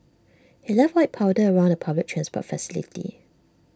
he left white powder around the public transport facility